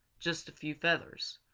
just a few feathers.